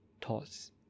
thoughts